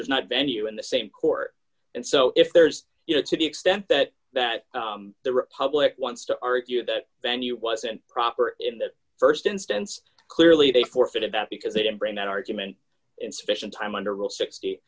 there's not venue in the same court and so if there's you know to the extent that that the republic wants to argue that venue wasn't proper in the st instance clearly they forfeited that because they didn't bring that argument in sufficient time under rule sixty